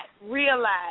realize